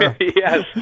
yes